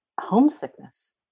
homesickness